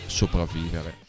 sopravvivere